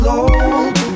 old